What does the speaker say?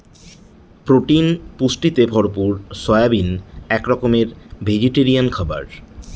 protein পুষ্টিতে ভরপুর soybean এক রকমের ভেজিটেরিয়ান খাবার